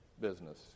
business